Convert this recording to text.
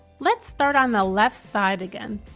let's start on the left side again.